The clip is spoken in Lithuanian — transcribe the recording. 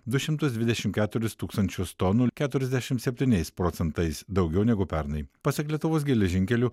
du šimtus dvidešim keturis tūkstančius tonų keturiasdešim septyniais procentais daugiau negu pernai pasak lietuvos geležinkelių